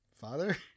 Father